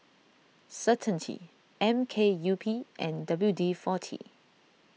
Certainty M K U P and W D forty